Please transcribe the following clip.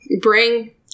bring